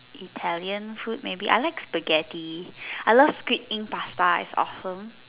Italian food maybe I like Spaghetti I love squid ink pasta it's awesome